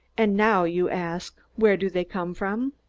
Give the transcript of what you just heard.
and now, you ask, where do they come from?